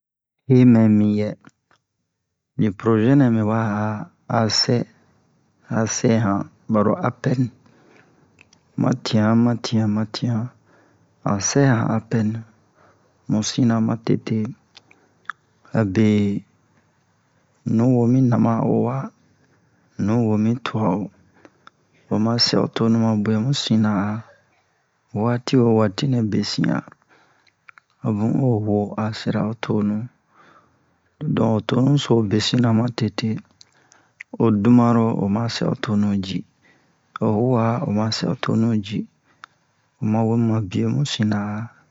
Ye mɛ miyɛ ni porozɛ nɛ mɛ wa a a sɛ a sɛ han baro apɛl ma tiyan ma tiyan an sɛ han apɛl mu sina ma tete abe nuwo mi nama a owa nuwo mi tuwa o oma sɛ o tonu ma buwɛ mu sina a waati wo waati nɛ besin a o bun o uwo a sɛra o tonu don ho tonu so besina ma tete o dumaro o ma sɛ o tonu ji o uwa o ma sɛ o tonu ji o ma wemu ma biyo mu sina a